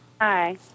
Hi